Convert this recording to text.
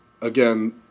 again